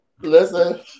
Listen